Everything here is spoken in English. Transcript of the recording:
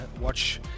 watch